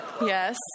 Yes